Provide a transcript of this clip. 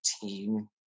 team